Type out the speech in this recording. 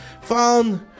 found